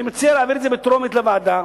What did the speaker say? אני מציע להעביר את זה בקריאה טרומית לוועדה,